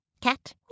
Cat